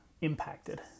impacted